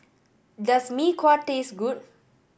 does Mee Kuah taste good